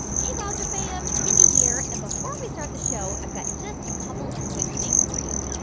hey, wowzer fams. mindy here. and before we start the show, i've got just a couple of quick things for you.